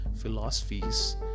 philosophies